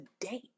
today